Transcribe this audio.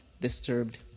disturbed